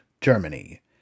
Germany